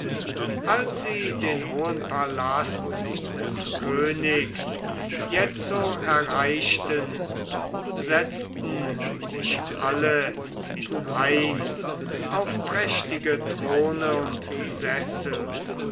als sie den hohen palast des königs jetzo erreichten setzten sich alle in reihn auf prächtige thronen und sessel